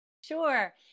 Sure